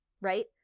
right